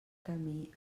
camí